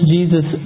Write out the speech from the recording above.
Jesus